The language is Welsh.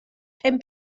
pum